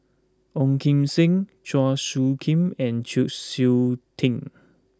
Ong Kim Seng Chua Soo Khim and Chng Seok Tin